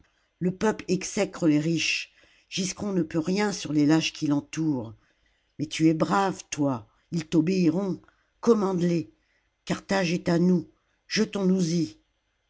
le peuple exècre les riches giscon ne peut rien sur les lâches qui l'entourent mais tu es brave toi ils t'obéiront commande les carthage est à nous jetons nous y